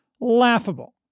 laughable